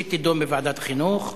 שתידון בוועדת החינוך.